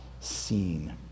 seen